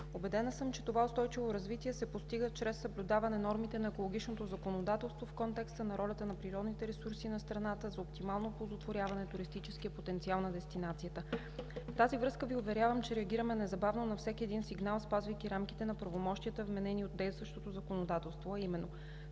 Убедена съм, че това устойчиво развитие се постига чрез съблюдаване нормите на екологичното законодателство в контекста на ролята на природните ресурси на страната за оптимално оползотворяване на туристическия потенциал на дестинацията. В тази връзка Ви уверявам, че реагираме незабавно на всеки един сигнал, спазвайки рамките на правомощията, вменени от действащото законодателство, а именно,